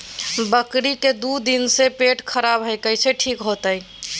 बकरी के दू दिन से पेट खराब है, कैसे ठीक होतैय?